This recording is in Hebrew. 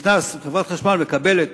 חברת חשמל מקבלת